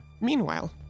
meanwhile